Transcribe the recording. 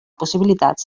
possibilitats